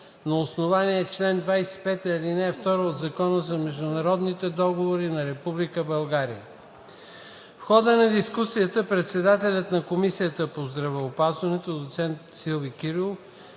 на основание чл. 25, ал. 2 от Закона за международните договори на Република България. В хода на дискусията председателят на Комисията по здравеопазването доцент доктор Силви Кирилов